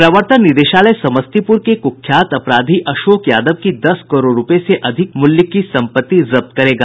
प्रवर्तन निदेशालय समस्तीपुर के कुख्यात अपराधी अशोक यादव की दस करोड़ रूपये से अधिक मूल्य की सम्पत्ति जब्त करेगा